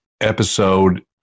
episode